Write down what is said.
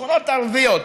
שכונות ערביות.